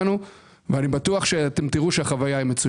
אך בינתיים דוד ביטן די חרוץ בעניין הזה ומקיים את הדיונים.